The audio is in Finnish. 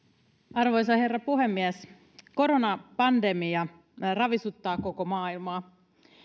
arvoisa herra puhemies koronapandemia ravisuttaa koko maailmaa